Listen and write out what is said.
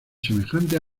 semejantes